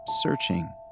searching